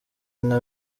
nta